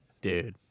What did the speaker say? Dude